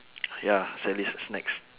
ya sally's snacks